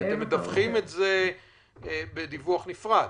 כי אתם מדווחים את זה בדיווח נפרד.